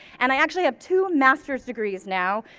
and i actually have two master's degrees now.